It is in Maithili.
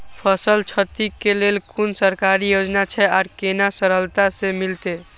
फसल छति के लेल कुन सरकारी योजना छै आर केना सरलता से मिलते?